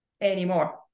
anymore